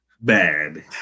Bad